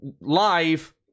live